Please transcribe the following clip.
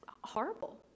horrible